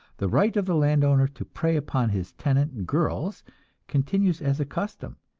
the right of the land owner to prey upon his tenant girls continues as a custom,